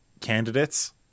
candidates